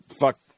fuck